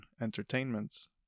entertainments